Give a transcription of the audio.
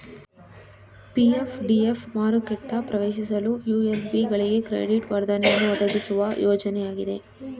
PF DF ಮಾರುಕೆಟ ಪ್ರವೇಶಿಸಲು ULB ಗಳಿಗೆ ಕ್ರೆಡಿಟ್ ವರ್ಧನೆಯನ್ನು ಒದಗಿಸುವ ಯೋಜ್ನಯಾಗಿದೆ